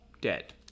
dead